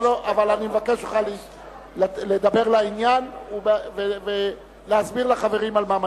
אבל אני מבקש ממך לדבר לעניין ולהסביר לחברים על מה מצביעים.